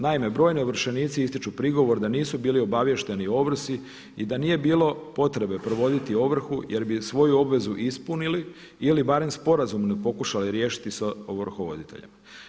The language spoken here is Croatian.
Naime, brojni ovršenici ističu prigovor da nisu bili obavješteni o ovrsi i da nije bilo potrebe provoditi ovrhu jer bi svoju obvezu ispunili ili barem sporazumno pokušali riješiti sa ovrhovoditeljem.